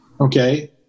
okay